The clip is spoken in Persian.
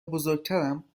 بزرگترم